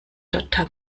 dotter